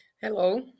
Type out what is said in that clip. Hello